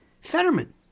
Fetterman